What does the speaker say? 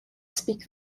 speak